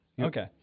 Okay